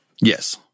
Yes